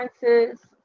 differences